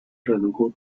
redujo